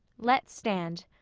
let stand.